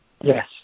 Yes